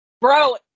Bro